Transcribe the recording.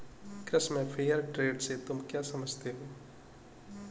कृषि में fair trade से तुम क्या समझते हो?